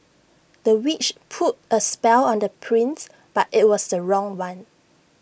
the witch put A spell on the prince but IT was the wrong one